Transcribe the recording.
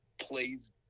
plays